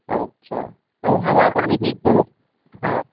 अछा ऐं हवा पाणी बि थोरो हा